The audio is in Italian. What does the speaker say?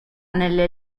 nelle